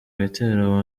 bitero